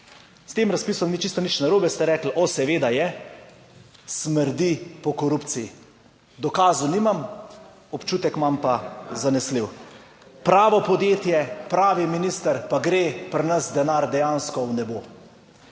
S tem razpisom ni čisto nič narobe, ste rekli. O, seveda je. Smrdi po korupciji. Dokazov nimam, občutek imam pa zanesljiv. Pravo podjetje, pravi minister. Pa gre pri nas denar dejansko v nebo.